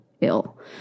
ill